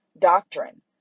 doctrine